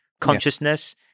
consciousness